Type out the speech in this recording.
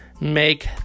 Make